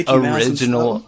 original